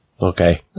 Okay